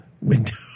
window